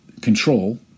control